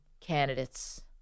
candidates